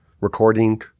recording